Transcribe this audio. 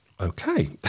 Okay